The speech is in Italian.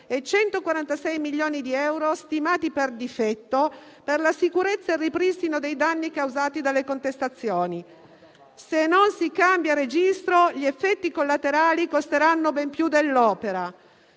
e 146 milioni di euro (stimati per difetto) per la sicurezza e il ripristino dei danni causati dalle contestazioni. Se non si cambia registro, gli effetti collaterali costeranno ben più dell'opera.